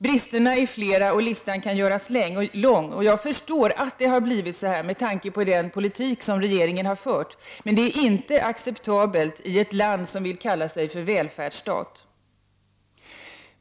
Bristerna är flera, och listan kan göras lång. Jag förstår att det har blivit så här med tanke på den politik som regeringen har fört, men detta är inte acceptabelt i ett land som vill kalla sig välfärdsstat.